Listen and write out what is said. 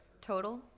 Total